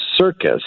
circus